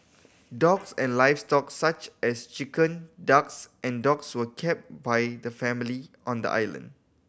dogs and livestock such as chicken ducks and dogs were kept by the family on the island